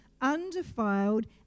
undefiled